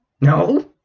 No